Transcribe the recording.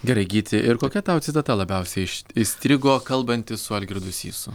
gerai gyti ir kokia tau citata labiausiai iš įstrigo kalbantis su algirdu sysu